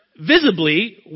visibly